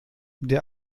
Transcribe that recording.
der